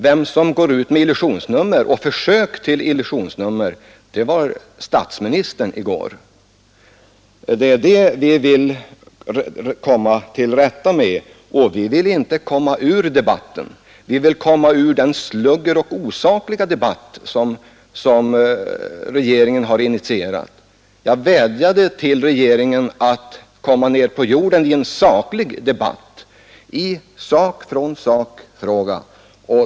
Den som gick ut med illusionsnummer och ett försök till illusionsnummer var statsministern i går. Detta vill vi komma till rätta med, vi vill inte komma ur debatten. Däremot vill vi slippa den sluggerdebatt och osakliga debatt som «regeringen har initierat. Jag vädjade till regeringen att komma ned på jorden i en saklig debatt.